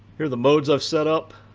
here are the modes i've set up.